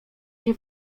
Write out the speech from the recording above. się